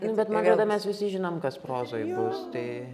nu bet man atrodo kad mes visi žinom kas prozoj bus tai